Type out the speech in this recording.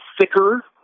thicker